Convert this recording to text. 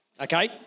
Okay